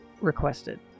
requested